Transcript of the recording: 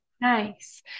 nice